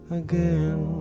again